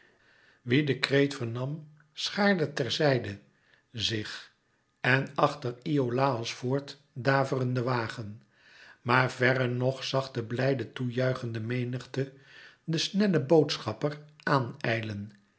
wie den kreet vernam schaarde ter zijde zich en achter iolàos voort daverenden wagen maar verre nog zag de blijde toe juichende menigte den snellen boodschapper aan